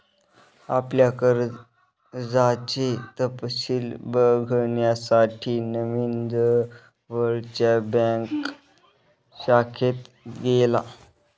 आपल्या कर्जाचे तपशिल बघण्यासाठी नवीन जवळच्या बँक शाखेत गेला